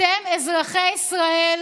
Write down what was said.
אתם, אזרחי ישראל,